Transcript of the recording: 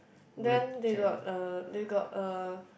then they got uh they got a